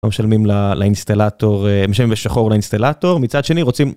משלמים לאינסטלטור, משלמים בשחור לאינסטלטור, מצד שני רוצים...